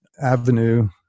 Avenue